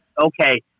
okay